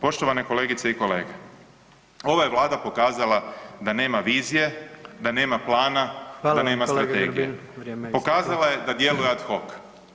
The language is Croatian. Poštovane kolegice i kolege, ova je Vlada pokazala da nema vizije, da nema plana, da nema strpljenja, pokazala je da djeluje ad hoc.